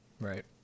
Right